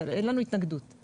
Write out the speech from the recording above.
אין לנו התנגדות.